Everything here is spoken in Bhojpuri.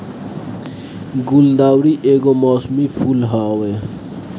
गुलदाउदी एगो मौसमी फूल हवे